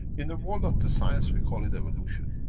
in the world of the science, we call it evolution.